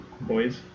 boys